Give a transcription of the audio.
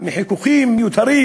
מחיכוכים מיותרים.